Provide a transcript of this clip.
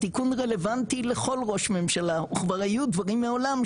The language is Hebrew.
התיקון רלוונטי לכל ראש ממשלה וכבר היו דברים מעולם,